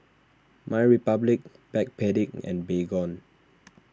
MyRepublic Backpedic and Baygon